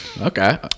okay